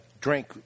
drink